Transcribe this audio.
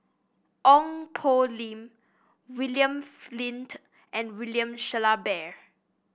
Ong Poh Lim William Flint and William Shellabear